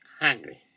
hungry